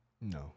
No